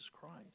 Christ